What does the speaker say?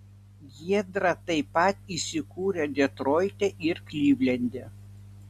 giedra taip pat įsikūrė detroite ir klivlende